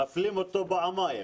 מפלים אותו פעמיים.